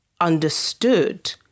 understood